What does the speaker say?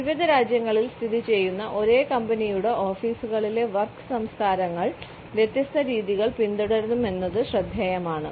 വിവിധ രാജ്യങ്ങളിൽ സ്ഥിതിചെയ്യുന്ന ഒരേ കമ്പനിയുടെ ഓഫീസുകളിലെ വർക്ക് സംസ്കാരങ്ങൾ വ്യത്യസ്ത രീതികൾ പിന്തുടരുമെന്നത് ശ്രദ്ധേയമാണ്